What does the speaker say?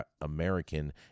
American